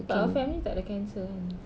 but our family tak ada cancer kan